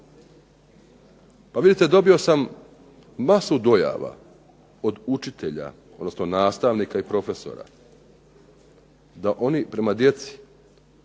pa vidite dobio sam masu dojava od učitelja, odnosno nastavnika i profesora da oni prema djeci